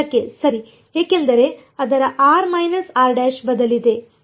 ಕೆಳಕ್ಕೆ ಸರಿ ಏಕೆಂದರೆ ಅದರ ಬದಲಿಗೆ